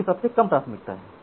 इसकी सबसे कम प्राथमिकता है